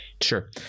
Sure